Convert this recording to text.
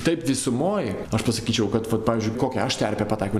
taip visumoj aš pasakyčiau kad vat pavyzdžiui į kokią aš terpę pataikiau